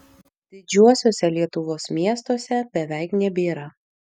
didžiuosiuose lietuvos miestuose beveik nebėra